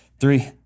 three